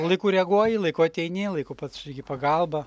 laiku reaguoji laiku ateini laiku pats suteiki į pagalbą